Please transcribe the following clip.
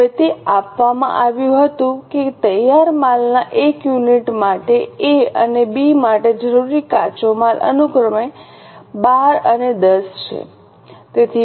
હવે તે આપવામાં આવ્યું હતું કે તૈયાર માલના 1 યુનિટ માટે એ અને બી માટે જરૂરી કાચો માલ અનુક્રમે 12 અને 10 છે